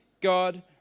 God